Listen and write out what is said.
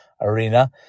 arena